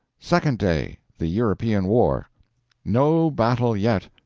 second day the european war no battle yet!